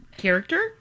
character